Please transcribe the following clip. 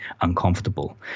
uncomfortable